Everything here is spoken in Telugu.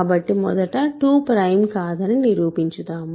కాబట్టి మొదట 2 ప్రైమ్ కాదని నిరూపించుదాం